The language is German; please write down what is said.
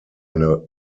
eine